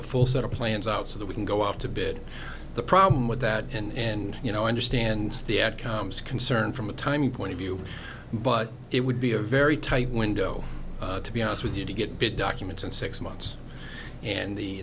the full set of plans out so that we can go out to bid the problem with that in you know understand the at comes a concern from a timing point of view but it would be a very tight window to be honest with you to get bid documents in six months and the